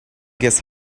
guess